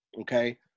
okay